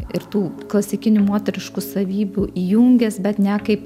ir tų klasikinių moteriškų savybių įjungęs bet ne kaip